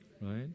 Right